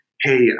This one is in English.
hey